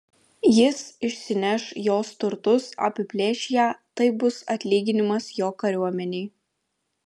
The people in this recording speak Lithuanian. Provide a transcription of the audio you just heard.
jis išsineš jos turtus apiplėš ją tai bus atlyginimas jo kariuomenei